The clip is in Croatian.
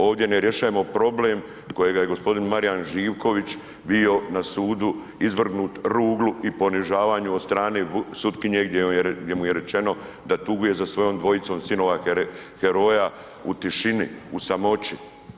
Ovdje ne rješajemo problem kojega je gospodin Marijan Živković bio na sudu izvrgnut ruglu i ponižavanju od strane sutkinje gdje mu je rečeno da tuguje za svojom dvojicom sinova heroja u tišini, u samoći.